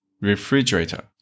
Refrigerator